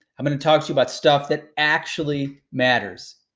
i'm gonna talk to you about stuff that actually matters.